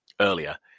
earlier